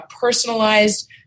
personalized